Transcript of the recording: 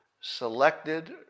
selected